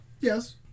Yes